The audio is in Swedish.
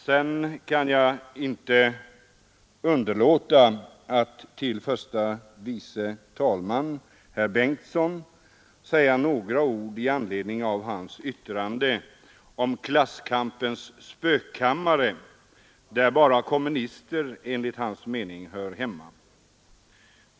Sedan kan jag inte underlåta att till förste vice talmannen, herr Bengtson, säga några ord i anledning av hans yttrande om klasskampens spökkammare, där bara kommunisterna — enligt hans mening — hör hemma.